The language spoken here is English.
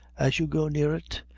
as you go near it?